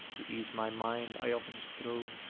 to ease my mind i often strove,